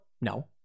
No